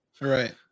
Right